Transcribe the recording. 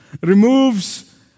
removes